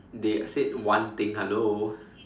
they said one thing hello